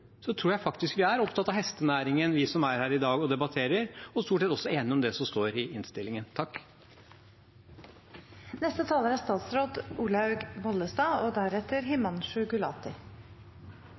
tror jeg faktisk vi er opptatt av hestenæringen, vi som er her i dag og debatterer, og stort sett også enige om det som står i innstillingen.